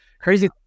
Crazy